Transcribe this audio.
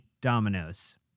Dominoes